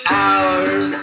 hours